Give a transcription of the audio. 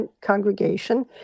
congregation